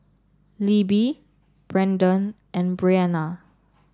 Libbie Branden and Brenna